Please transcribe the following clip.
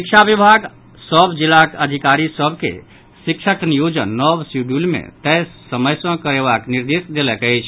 शिक्षा विभाग सभ जिलाक अधिकारी सभ के शिक्षक नियोजन नव शिड्यूलक मे तय समय सॅ करेबाक निर्देश देलक अछि